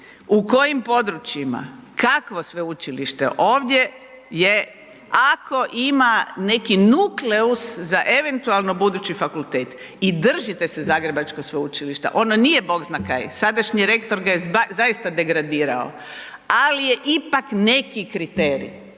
u kojim područjima, kakvo sveučilište? Ovdje je ako ima neki nukleus za eventualno budući fakultet i držite se zagrebačkog sveučilišta, ono nije bog zna kaj, sadašnji rektor ga je zaista degradirao, ali je ipak neki kriterij,